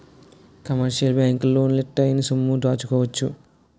commercial బ్యాంకులు లోన్లు ఇత్తాయి సొమ్ము దాచుకోవచ్చు